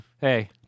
Hey